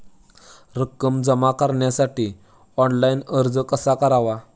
रक्कम जमा करण्यासाठी ऑनलाइन अर्ज कसा करावा?